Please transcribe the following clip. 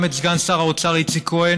צריך להזכיר פה גם את סגן שר האוצר איציק כהן,